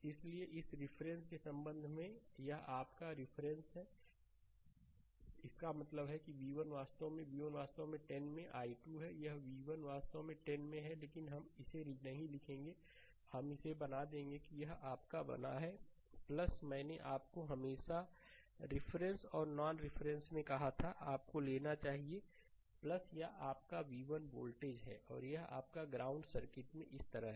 इसलिए इस रिफरेंस के संबंध में यह आपका रिफरेंसहै इसका मतलब है कि v1 वास्तव में v1 वास्तव में 10 में i2 है यह v1 वास्तव में 10 में है लेकिन हम इसे नहीं लिखेंगे हम इसे बना देंगे कि यह आपका बना है मैंने आपको हमेशारिफरेंस और नान रिफरेंस में कहा था आपको लेना चाहिए यह आपका v1 वोल्टेज है और यह आपका ग्राउंड सर्किट इस तरह है